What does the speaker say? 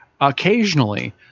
Occasionally